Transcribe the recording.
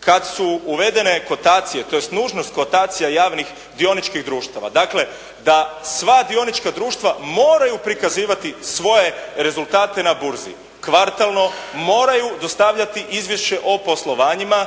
kada su uvedene kotacije tj. nužnost kotacija javnih dioničkih društava, dakle da sva dionička društva moraju prikazivati svoje rezultate na burzi, kvartalno moraju dostavljati izvješće o poslovanjima,